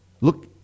look